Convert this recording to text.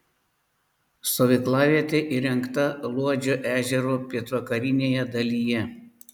stovyklavietė įrengta luodžio ežero pietvakarinėje dalyje